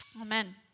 Amen